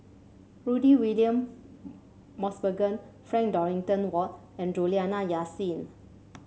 Rudy William Mosbergen Frank Dorrington Ward and Juliana Yasin